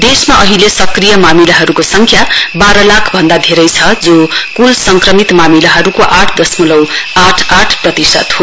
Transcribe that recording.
देशमा अहिले सक्रिय मामिलाहरुको संख्या बाह्र लाखे भन्दा धेरै छ जो कुल सक्रमित मामिलाहरुको आठ दशमलउ आठ आठ प्रतिशत हो